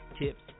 tips